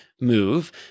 move